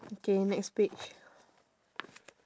okay next page